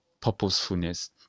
purposefulness